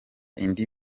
indi